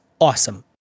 Awesome